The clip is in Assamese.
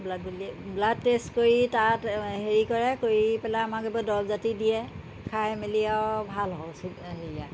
ব্লাড বুলি ব্লাড টেষ্ট কৰি তাত হেৰি কৰে কৰি পেলাই আমাক এইবোৰ দৰব জাতি দিয়ে খাই মেলি আৰু ভাল হওঁ হেৰিয়া